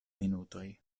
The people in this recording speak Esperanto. minutoj